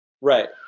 Right